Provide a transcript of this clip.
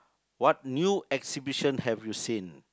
what new exhibition have you seen